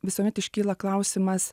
visuomet iškyla klausimas